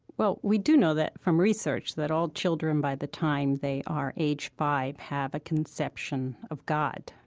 well, we do know that, from research, that all children by the time they are age five have a conception of god,